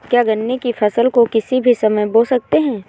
क्या गन्ने की फसल को किसी भी समय बो सकते हैं?